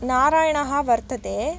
नारायणः वर्तते